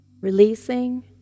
Releasing